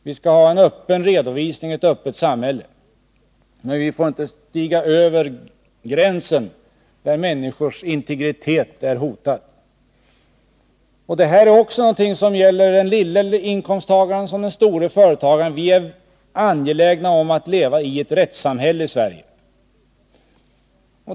Vi skall ha en öppen redovisning och ett öppet samhälle, men vi får inte stiga över den gräns där människors integritet blir hotad. Detta är någonting som gäller både den lilla inkomsttagaren och den stora företagaren. Vi är angelägna om att i Sverige leva i ett rättssamhälle.